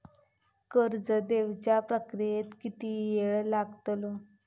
कर्ज देवच्या प्रक्रियेत किती येळ लागतलो?